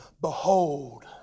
Behold